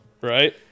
Right